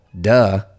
duh